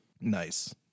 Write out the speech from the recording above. Nice